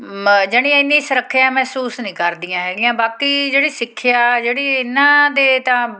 ਮ ਜਾਣੀ ਇੰਨੀ ਸੁਰੱਖਿਆ ਮਹਿਸੂਸ ਨਹੀਂ ਕਰਦੀਆਂ ਹੈਗੀਆਂ ਬਾਕੀ ਜਿਹੜੀ ਸਿੱਖਿਆ ਜਿਹੜੀ ਇਹਨਾਂ ਦੇ ਤਾਂ